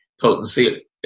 potency